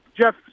Jeff